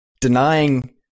denying